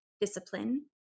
discipline